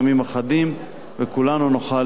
וכולנו נוכל לראות בכך ברכה.